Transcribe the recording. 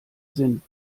sind